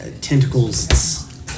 tentacles